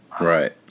Right